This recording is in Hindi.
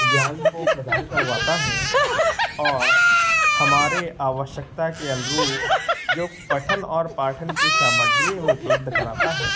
ज्ञान को प्रदान करवाता है और हमारी आवश्यकता के अनुरूप जो पठन और पाठन की सामग्री वह उपलब्ध कराता है